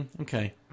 Okay